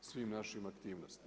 svim našim aktivnostima.